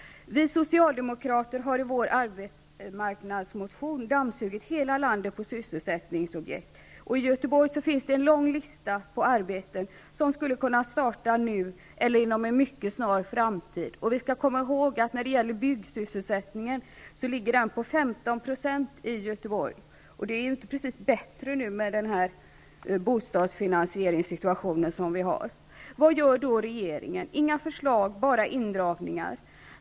Vi socialdemokrater har dammsugit hela landet på sysselsättningsobjekt, och vi för fram dem i vår arbetsmarknadsmotion. Det finns en lång lista på arbeten i Göteborg som skulle kunna starta nu eller inom en mycket snar framtid. Vi skall komma ihåg att byggsysselsättningen ligger på 15 % i Göteborg. Det blir inte precis bättre nu, med den situation vi har när det gäller bostadsfinansieringen. Vad gör då regeringen? Det kommer inga förslag, bara indragningar.